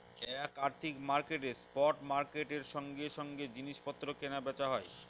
এক আর্থিক মার্কেটে স্পট মার্কেটের সঙ্গে সঙ্গে জিনিস পত্র কেনা বেচা হয়